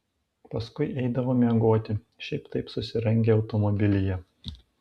paskui eidavo miegoti šiaip taip susirangę automobilyje